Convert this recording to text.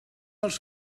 els